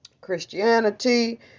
Christianity